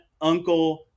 uncle